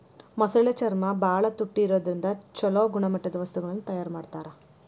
ಮೊಸಳೆ ಚರ್ಮ ಬಾಳ ತುಟ್ಟಿ ಇರೋದ್ರಿಂದ ಚೊಲೋ ಗುಣಮಟ್ಟದ ವಸ್ತುಗಳನ್ನ ತಯಾರ್ ಮಾಡ್ತಾರ